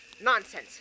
Nonsense